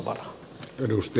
arvoisa puhemies